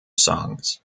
songs